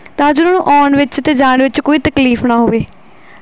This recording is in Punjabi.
ਤਾਂ ਜੋ ਉਹਨਾਂ ਨੂੰ ਆਉਣ ਵਿੱਚ ਅਤੇ ਜਾਣ ਵਿੱਚ ਕੋਈ ਤਕਲੀਫ ਨਾ ਹੋਵੇ